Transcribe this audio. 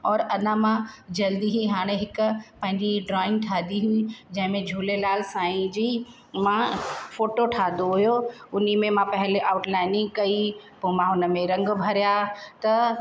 अञा मां जल्दी ही हाने हिकु पंहिंजी ड्रॉइंग ठाही हुई जंहिं में झूलेलाल साईं जी मां फोटो ठाहींदो हुओ हुन में मां पहले आउटलाइनिंग कई पोइ मां हुन में रंग भरिया त